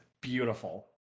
beautiful